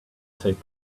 take